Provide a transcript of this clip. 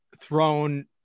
thrown